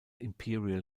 imperial